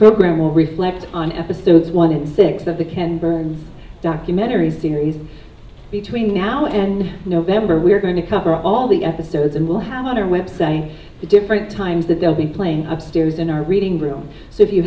program will reflect on episodes one in six of the canned burns documentary series between now and november we're going to cover all the episodes and will have underway say the different times that they'll be playing a series in our reading room so if you